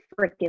freaking